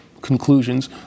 conclusions